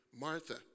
Martha